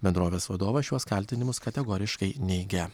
bendrovės vadovas šiuos kaltinimus kategoriškai neigia